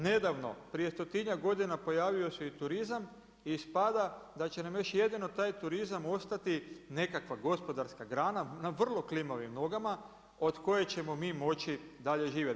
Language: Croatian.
Nedavno prije stotinjak godina pojavio se i turizam i ispada da će nam još jedino taj turizam ostati nekakva gospodarska grana na vrlo klimavim nogama od koje ćemo mi moći dalje živjeti.